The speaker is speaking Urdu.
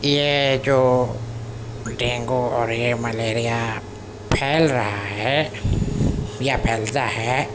یہ جو ڈینگو اور یہ ملیریا پھیل رہا ہے یا پھیلتا ہے